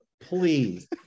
please